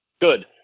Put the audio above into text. good